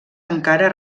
encara